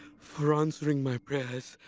for answering my prayers.